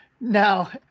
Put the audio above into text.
Now